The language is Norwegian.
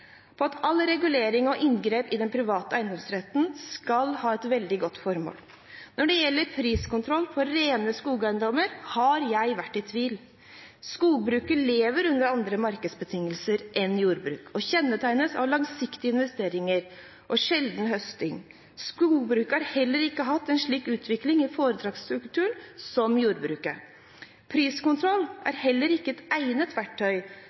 på at all regulering og inngrep i den private eiendomsretten skal ha et veldig godt formål. Når det gjelder priskontroll på rene skogeiendommer, har jeg vært i tvil. Skogbruket lever under andre markedsbetingelser enn jordbruket og kjennetegnes av langsiktige investeringer og sjelden høsting. Skogbruket har heller ikke hatt en slik utvikling i foretaksstrukturen som jordbruket. Priskontroll er heller ikke et egnet verktøy